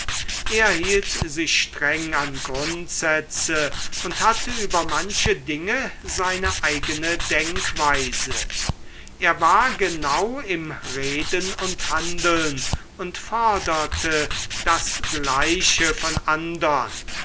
er hielt sich streng an grundsätze und hatte über manche dinge seine eigene denkweise er war genau im reden und handeln und forderte das gleiche von andern